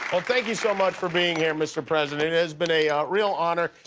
well thank you so much for being here, mr. president, it has been a ah real honor.